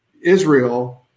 israel